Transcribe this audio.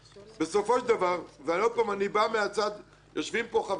בסופו של דבר - ויושבים פה חבריי.